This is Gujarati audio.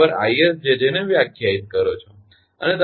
તમે 𝑚1 𝐼𝑆𝑗𝑗 ને વ્યાખ્યાયિત કરો છો